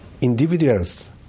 individuals